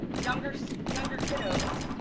younger so younger kiddos.